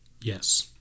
Yes